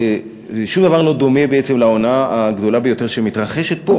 ושום דבר לא דומה בעצם להונאה הגדולה ביותר שמתרחשת פה,